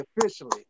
officially